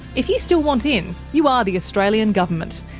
if you still want in, you are the australian government,